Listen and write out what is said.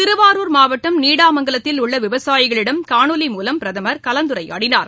திருவாரூர் மாவட்டம் நீடாமங்கலத்தில் உள்ளவிவசாயிகளிடம் காணொலி மூலம் பிரதமர் கலந்துரையாடினார்